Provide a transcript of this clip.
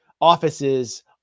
offices